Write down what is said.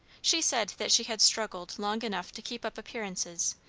she said that she had struggled long enough to keep up appearances,